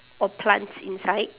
or plants inside